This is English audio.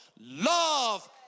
Love